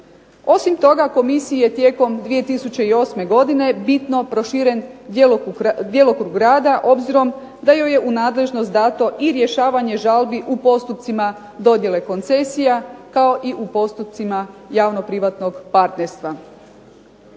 Osim toga, komisiji je tijekom 2008. godine bitno proširen djelokrug rada obzirom da joj je u nadležnost dato i rješavanje žalbi u postupcima dodjele koncesija kao i u postupcima javno-privatnog partnerstva.